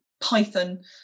Python